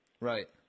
Right